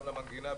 גם למנגינה,